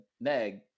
Meg